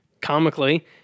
comically